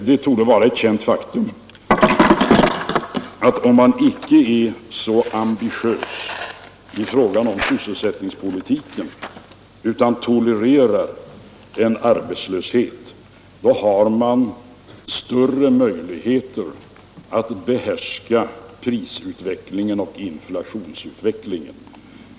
Det torde vara ett känt faktum att om man icke är så ambitiös i fråga om sysselsättningspolitiken utan tolererar en arbetslöshet, har man större möjligheter att behärska prisoch inflationsutvecklingen.